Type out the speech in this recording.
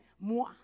moi